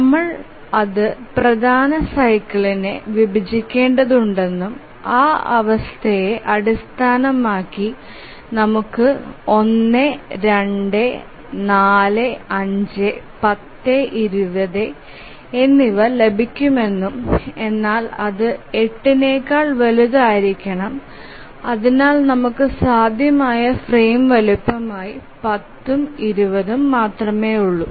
നമ്മൾ അത് പ്രധാന സൈക്കിളിനെ വിഭജിക്കേണ്ടതുണ്ടെന്നും ആ അവസ്ഥയെ അടിസ്ഥാനമാക്കി നമുക്ക് 1 2 4 5 10 20 എന്നിവ ലഭിക്കുമെന്നും എന്നാൽ അത് 8 നെക്കാൾ വലുതായിരിക്കണം അതിനാൽ നമുക്ക് സാധ്യമായ ഫ്രെയിം വലുപ്പമായി 10 ഉം 20 ഉം മാത്രമേ ഉള്ളൂ